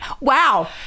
Wow